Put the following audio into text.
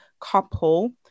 couple